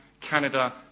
Canada